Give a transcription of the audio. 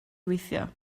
weithio